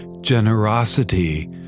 generosity